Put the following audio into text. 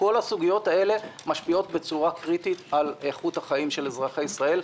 כל הסוגיות האלה משפיעות בצורה קריטית על איכות החיים של אזרחי ישראל,